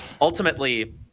ultimately